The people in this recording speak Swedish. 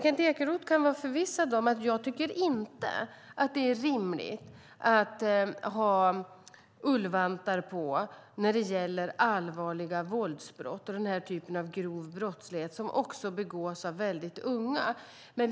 Kent Ekeroth kan vara förvissad om att jag inte tycker att det är rimligt att använda ullvantar i fråga om allvarliga våldsbrott och annan grov brottslighet, även om det begås av mycket unga personer.